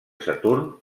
saturn